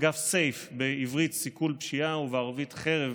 אגף סי"ף, בעברית: סיכול פשיעה ובערבית: חרב,